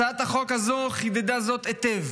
הצעת החוק הזאת חידדה זאת היטב